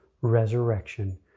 resurrection